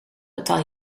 betaal